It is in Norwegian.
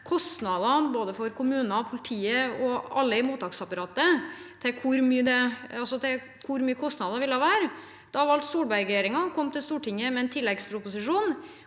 kostnader, både for kommuner, politiet og alle i mottaksapparatet, altså knyttet til hvor store kostnadene ville være. Da valgte Solberg-regjeringen å komme til Stortinget med en tilleggsproposisjon,